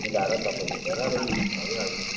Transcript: मिलाएर तपाईँ हेरेर लानुहोस् भइहाल्छ